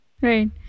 right